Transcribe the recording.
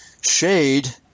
shade